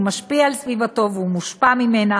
הוא משפיע על סביבתו והוא מושפע ממנה.